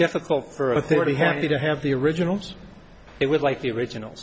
difficult for authority have to have the originals it would like the original